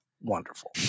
wonderful